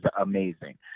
amazing